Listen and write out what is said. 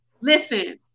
listen